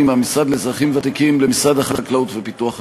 מהמשרד לאזרחים ותיקים למשרד החקלאות ופיתוח הכפר.